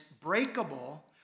breakable